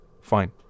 fine